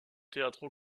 teatro